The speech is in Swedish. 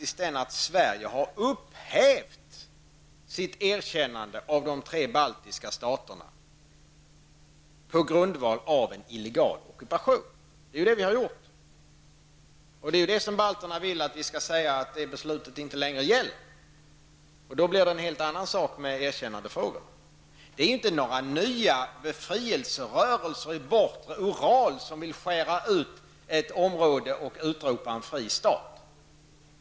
Sverige har ju upphävt sitt erkännande av de tre baltiska staterna på grundval av en illegal ockupation. Balterna vill att Sverige skall uttala att det beslutet inte gäller längre. Då blir det en helt annan sak med erkännandefrågorna. Det är inte fråga om någon ny befrielserörelse i bortre Ural som vill skära ut ett område och utropa en fri stat.